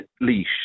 Leash